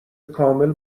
کامل